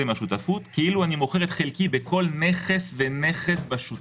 מהשותפות כאילו מכר את חלקו בכל נכס ונכס בשותפות.